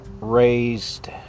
raised